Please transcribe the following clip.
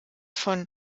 von